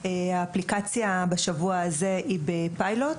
בשבוע הזה היא בפיילוט.